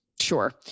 Sure